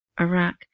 Iraq